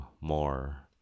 more